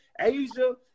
Asia